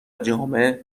جامع